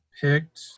picked